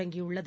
தொடங்கியுள்ளது